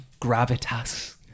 gravitas